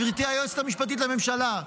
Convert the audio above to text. גברתי היועצת המשפטית לממשלה,